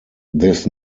this